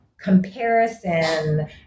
comparison